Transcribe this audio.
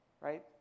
right